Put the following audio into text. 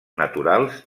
naturals